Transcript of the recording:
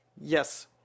Yes